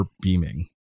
beaming